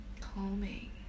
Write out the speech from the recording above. calming